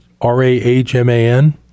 R-A-H-M-A-N